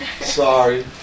Sorry